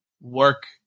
work